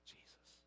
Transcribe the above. Jesus